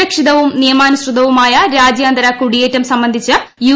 സുരക്ഷിതവും നിയമാനുസൃതവുമായ രാജ്യാന്തര കുടിയേറ്റം സംബന്ധിച്ച് യു